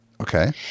Okay